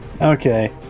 Okay